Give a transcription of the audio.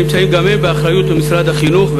נמצאים גם הם באחריות משרד החינוך,